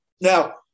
Now